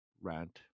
Rant